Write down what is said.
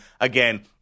again